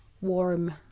warm